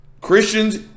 Christians